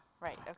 right